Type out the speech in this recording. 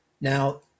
Now